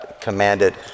Commanded